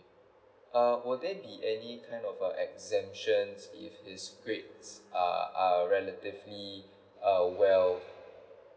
uh will there be any kind of exemptions if his grades are are relatively err well